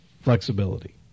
Flexibility